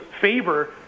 favor